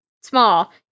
small